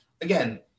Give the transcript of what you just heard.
again